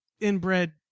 inbred